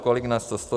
Kolik nás to stojí.